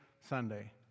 Sunday